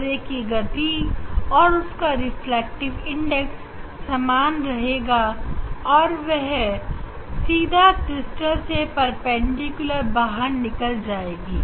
o ray की गति और उसकी रिफ्रैक्टिव इंडेक्स सामान रहेगी और वह सीधा क्रिस्टल से परपेंडिकुलर ली बाहर निकल जाएगी